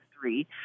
three